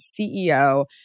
CEO